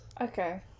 Okay